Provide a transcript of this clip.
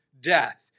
death